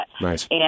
Nice